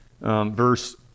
verse